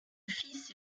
fils